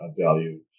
value